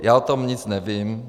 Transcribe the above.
Já o tom nic nevím.